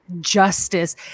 justice